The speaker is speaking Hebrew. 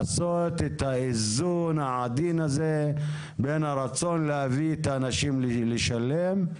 לעשות את האיזון העדין הזה ברצון להביא את האנשים לשלם,